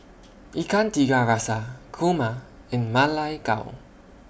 Ikan Tiga Rasa Kurma and Ma Lai Gao